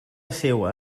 seua